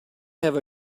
have